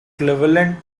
cleveland